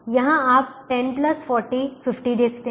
यहाँ आप 10 40 50 देखते हैं